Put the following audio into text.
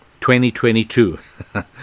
2022